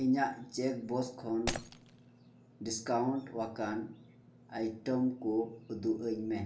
ᱤᱧᱟᱹᱜ check box ᱠᱷᱚᱱ discount ᱟᱠᱟᱱ ᱟᱭᱴᱮᱢ ᱠᱚ ᱩᱫᱩᱜ ᱟᱹᱧ ᱢᱮ